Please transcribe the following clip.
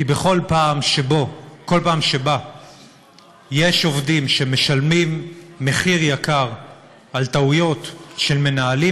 כי בכל פעם שיש עובדים שמשלמים מחיר יקר על טעויות של מנהלים